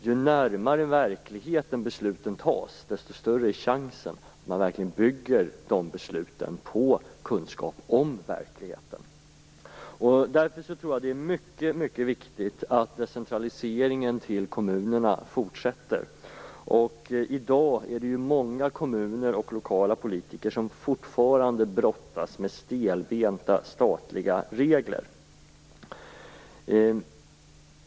Ju närmare verkligheten besluten fattas, desto större är också chansen att man verkligen bygger de besluten på kunskap om verkligheten. Därför tror jag att det är mycket viktigt att decentraliseringen till kommunerna fortsätter. I dag är det många kommuner och lokala politiker som fortfarande brottas med stelbenta statliga regler.